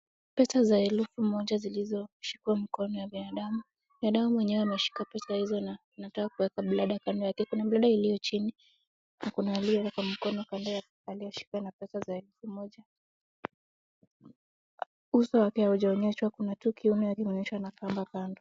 Pesa za elfu moja zilizoshikwa mkono ya binadamu. Binadamu mwenyewe anashika pesa hzo na anataka kueka blada kando yake, kuna blada iliyo chini, na kuna aliyoweka kwa mkono ashike na pesa za elfu moja. Uso wake haujaonyeshwa, kuna kiono yake imeonyueshwa na kamba kando.